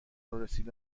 رسید